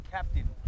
Captain